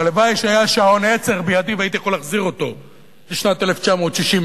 הלוואי שהיה שעון-עצר בידי והייתי יכול להחזיר אותו לשנת 1967,